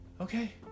Okay